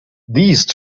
these